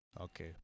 Okay